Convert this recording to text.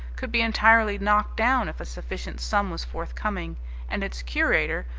could be entirely knocked down if a sufficient sum was forthcoming and its curator,